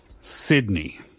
Sydney